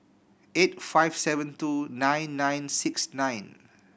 eight five seven two nine nine six nine